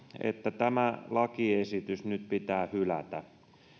että tämä lakiesitys nyt pitää hylätä